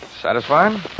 Satisfying